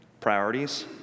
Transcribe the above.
Priorities